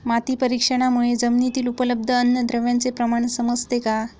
माती परीक्षणामुळे जमिनीतील उपलब्ध अन्नद्रव्यांचे प्रमाण समजते का?